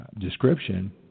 description